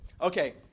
Okay